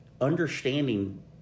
understanding